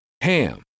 Ham